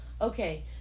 Okay